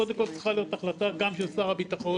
קודם כל צריכה להיות החלטה גם של שר הביטחון,